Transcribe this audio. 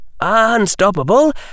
unstoppable